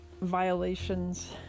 violations